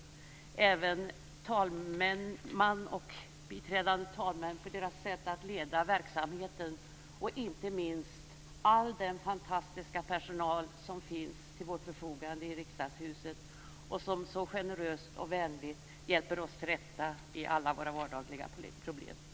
Jag vill också tacka talmannen och de biträdande talmännen för deras sätt att leda verksamheten, och inte minst all den fantastiska personal som står till vårt förfogande i Riksdagshuset och som så generöst och vänligt hjälper oss till rätta i alla våra vardagliga bestyr.